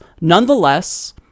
nonetheless